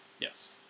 Yes